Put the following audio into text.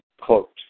quote